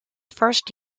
first